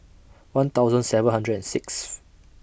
one thousand seven hundred and Sixth